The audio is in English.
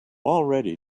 already